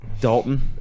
Dalton